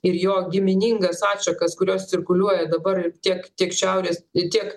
ir jo giminingas atšakas kurios cirkuliuoja dabar ir tiek tiek šiaurės tiek